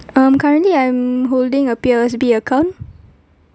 um currently I'm holding a P_O_S_B account